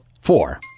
four